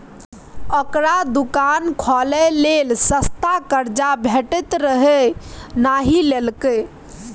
ओकरा दोकान खोलय लेल सस्ता कर्जा भेटैत रहय नहि लेलकै